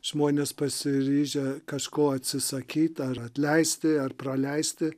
žmonės pasiryžę kažko atsisakyt ar atleisti ar praleisti